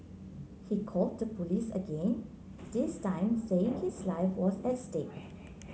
he called the police again this time saying his life was at stake